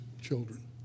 children